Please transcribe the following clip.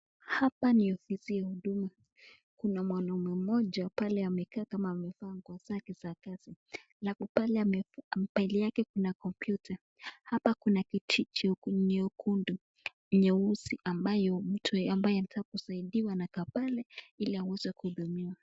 Hapa ni ofisi ya huduma kuna mnaume mmoja pale amekaa kama amevaa nguo zake za kazi halafu pale mbele yake kuna (cs) computer (cs)hapa kuna kiti nyekundu, nyeusi ambayo mtu anayetaka kusaidiwa anakaa pale ili aweze kuhudumiwa.